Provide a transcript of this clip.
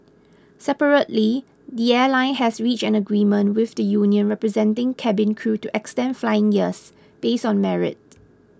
separately the airline has reached an agreement with the union representing cabin crew to extend flying years based on merit